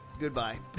goodbye